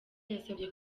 yasabye